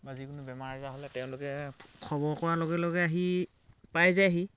বা যিকোনো বেমাৰ আজাৰ হ'লে তেওঁলোকে খবৰ কৰাৰ লগে লগে আহি পাই যায়হি